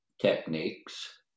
techniques